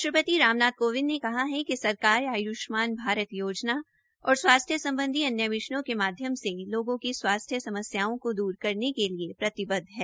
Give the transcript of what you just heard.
राष्ट्रपति रामनाथ कोविंद ने कहा कि सरकार आयुष्मान भारत योजना और स्वास्थ्य संबंधी अन्य मिशनों के माध्यम से लोगों की स्वास्थ्य समस्याओं को दूर करने के लिए प्रतिबद्ध है